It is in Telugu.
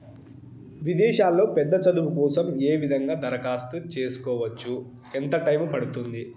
విదేశాల్లో పెద్ద చదువు కోసం ఏ విధంగా దరఖాస్తు సేసుకోవచ్చు? ఎంత టైము పడుతుంది?